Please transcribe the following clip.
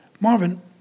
Marvin